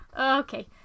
Okay